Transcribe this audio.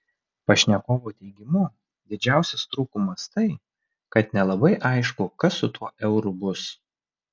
pašnekovo teigimu didžiausias trūkumas tai kad nelabai aišku kas su tuo euru bus